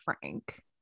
Frank